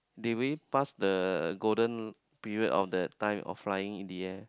they already pass the golden period of the time of flying in the air